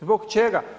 Zbog čega?